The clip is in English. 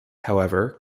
however